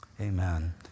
amen